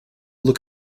look